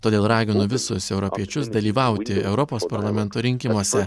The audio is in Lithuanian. todėl raginu visus europiečius dalyvauti europos parlamento rinkimuose